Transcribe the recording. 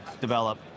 develop